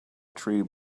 tree